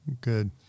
Good